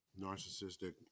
narcissistic